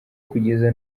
kugeza